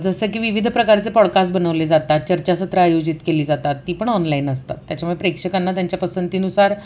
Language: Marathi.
जसं की विविध प्रकारचे पॉडकास्ट बनवले जातात चर्चासत्रं आयोजित केली जातात ती पण ऑनलाईन असतात त्याच्यामुळे प्रेक्षकांना त्यांच्या पसंतीनुसार